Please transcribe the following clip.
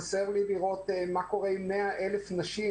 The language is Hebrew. חסר לי לראות מה קורה עם 100,000 נשים